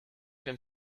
wiem